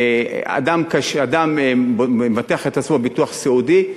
כשאדם מבטח את עצמו בביטוח סיעודי,